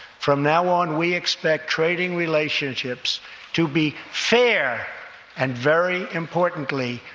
from now on, we expect trading relationships to be fair and, very importantly,